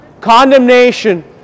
Condemnation